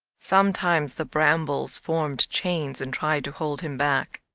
sometimes the brambles formed chains and tried to hold him back.